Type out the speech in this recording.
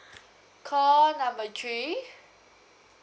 call number three